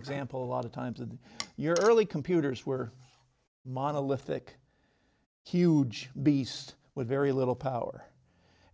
example a lot of times and your early computers were monolithic huge beast with very little power